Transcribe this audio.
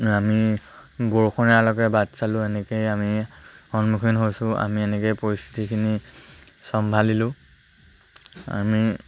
আমি বৰষুণ এৰালৈকে বাট চালোঁ এনেকৈয়ে আমি সন্মুখীন হৈছোঁ আমি এনেকৈয়ে পৰিস্থিতিখিনি চম্ভালিলোঁ আমি